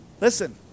Listen